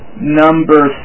number